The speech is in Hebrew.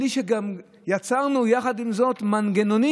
בלי שגם יצרנו יחד איתה מנגנונים,